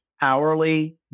hourly